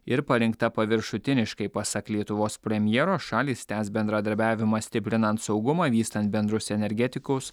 ir parinkta paviršutiniškai pasak lietuvos premjero šalys tęs bendradarbiavimą stiprinant saugumą vystant bendrus energetikos